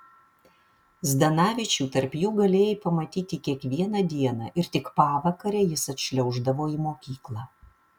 zdanavičių tarp jų galėjai pamatyti kiekvieną dieną ir tik pavakare jis atšliauždavo į mokyklą